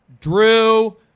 Drew